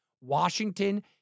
Washington